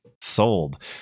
sold